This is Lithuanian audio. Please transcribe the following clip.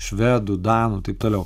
švedų danų taip toliau